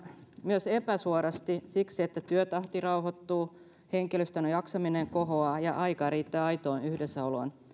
myös epäsuorasti siksi että työtahti rauhoittuu henkilöstön jaksaminen kohoaa ja aikaa riittää aitoon yhdessäoloon